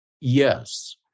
yes